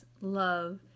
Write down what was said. love